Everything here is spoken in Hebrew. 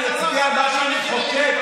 אומר: אני אצביע מה שאני חושב.